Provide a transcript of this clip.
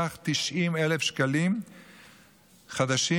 סך 90,000 שקלים חדשים,